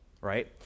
Right